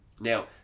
Now